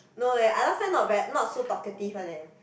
no leh I last time not very not so talkative one leh